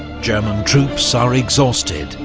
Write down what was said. german troops are exhausted,